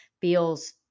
feels